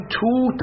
two